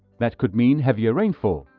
that could mean heavier rainfall